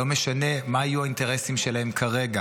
לא משנה מה יהיו האינטרסים שלהם כרגע,